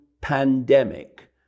pandemic